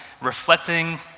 reflecting